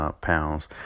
pounds